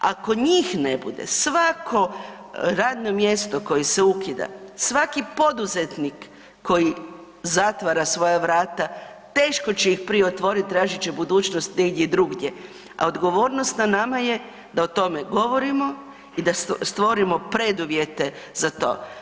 Ako njih ne bude, svako radno mjesto koje se ukida, svaki poduzetnik koji zatvara svoja vrata teško će ih prije otvoriti, tražiti će budućnost negdje drugdje, a odgovornost na nama je da o tome govorimo i da stvorimo preduvjete za to.